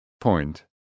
point